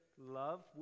love